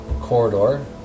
corridor